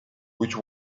which